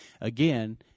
again